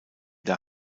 der